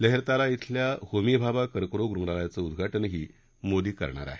लहरतारा इथल्या होमी भाभा कर्करोग रुग्णालयाचं उद्दाउिही मोदी करणार आहेत